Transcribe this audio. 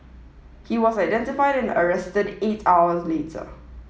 he was identified and arrested eight hours later